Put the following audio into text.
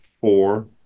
four